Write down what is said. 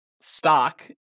stock